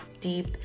deep